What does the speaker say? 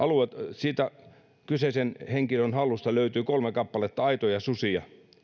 kyseisen henkilön hallusta löytyi kolme kappaletta aitoja susia